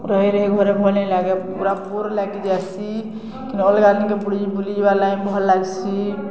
ରହି ରହି ଘରେ ଭଲ୍ ନି ଲାଗେ ପୁରା ବୋର୍ ଲାଗି ଯାଏସି କିନ୍ତୁ ଅଲ୍ଗା ନିକେ ବୁଲି ବୁଲି ଯିବାର୍ ଲାଗି ଭଲ୍ ଲାଗ୍ସି